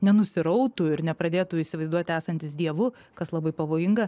nenusirautų ir nepradėtų įsivaizduoti esantis dievu kas labai pavojinga